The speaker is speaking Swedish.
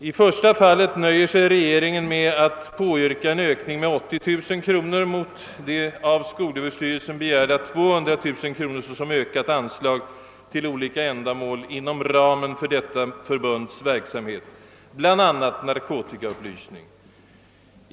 I det första fallet nöjer sig regeringen med att yrka en ökning av anslaget med 80 000 kronor mot den av skolöverstyrelsen begärda ökningen med 200 000 kronor till olika ändamål inom ramen för detta förbunds verksamhet, bl.a. narkotikaupplysning.